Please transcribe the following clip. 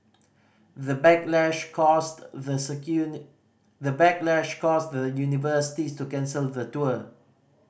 the backlash caused the the the backlash caused the universities to cancel the tour